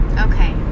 Okay